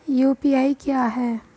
UPI क्या है?